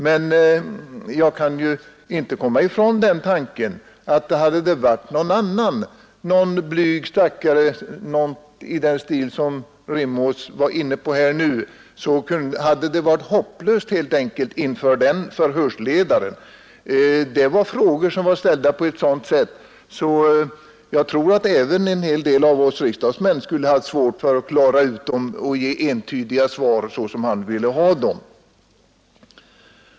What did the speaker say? Jag kan emellertid inte komma ifrån tanken att hade det gällt någon blyg man av den typ herr Rimås nyss nämnde, hade den mannens situation inför utredaren varit hopplös. Där framställdes frågor på ett sådant sätt att jag tror att även en del av oss riksdagsmän skulle ha haft det svårt att ge sådana entydiga svar som frågaren ville ha.